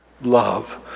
Love